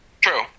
True